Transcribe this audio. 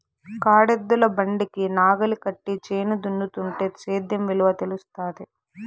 కాడెద్దుల బండికి నాగలి కట్టి చేను దున్నుతుంటే సేద్యం విలువ తెలుస్తాది